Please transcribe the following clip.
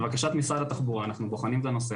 לבקשת משרד התחבורה אנחנו בוחנים את הנושא